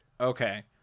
okay